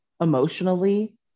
emotionally